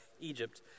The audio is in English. Egypt